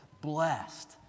blessed